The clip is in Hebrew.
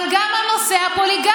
אבל גם על נושא הפוליגמיה.